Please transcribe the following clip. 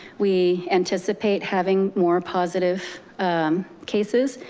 we anticipate having more positive cases,